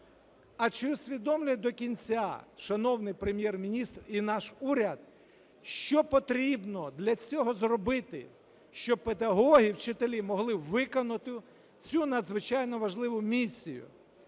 а чи усвідомлює до кінця шановний Прем'єр-міністр і наш уряд, що потрібно для цього зробити, щоб педагоги, вчителі могли виконати цю надзвичайно важливу місію?